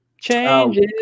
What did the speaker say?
Changes